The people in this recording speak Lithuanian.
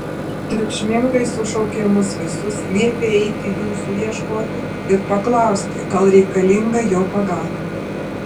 triukšmingai sušaukė mus visus liepė eiti jūsų ieškoti ir paklausti gal reikalinga jo pagalba